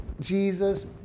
jesus